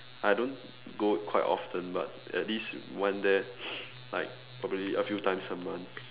I don't go quite often but at least went there like probably a few times a month